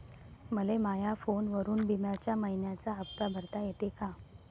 मले माया फोनवरून बिम्याचा मइन्याचा हप्ता भरता येते का?